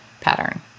pattern